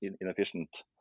inefficient